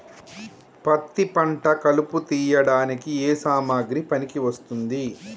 పత్తి పంట కలుపు తీయడానికి ఏ సామాగ్రి పనికి వస్తుంది?